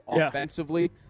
offensively